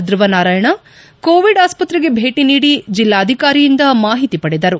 ಧ್ವವಾರಾಯಣ Covid ಆಸ್ತತ್ರೆಗೆ ಭೇಟಿ ನೀಡಿ ಜಿಲ್ಲಾಧಿಕಾರಿಯಿಂದ ಮಾಹಿತಿ ಪಡೆದರು